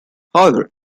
however